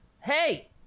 Hey